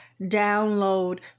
download